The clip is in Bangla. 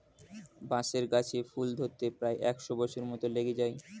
বাঁশের গাছে ফুল ধরতে প্রায় একশ বছর মত লেগে যায়